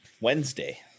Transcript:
Wednesday